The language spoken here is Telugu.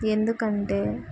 ఎందుకంటే